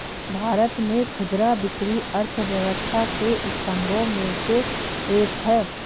भारत में खुदरा बिक्री अर्थव्यवस्था के स्तंभों में से एक है